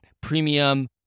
premium